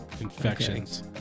Infections